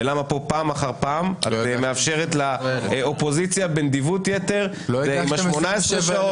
ולמה פה פעם אחר פעם את מאפשרת לאופוזיציה בנדיבות יתר עם ה-18 שעות.